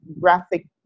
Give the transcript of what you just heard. graphic